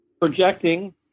projecting